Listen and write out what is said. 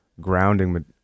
grounding